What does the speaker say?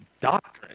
doctrine